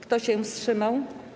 Kto się wstrzymał?